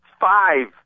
five